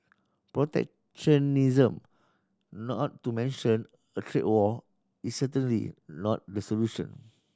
protectionism not to mention a trade war is certainly not the solution